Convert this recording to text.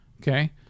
Okay